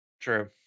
True